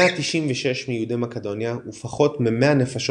196 מיהודי מקדוניה ופחות מ-100 נפשות